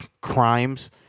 crimes